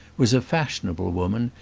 was a fashionable woman,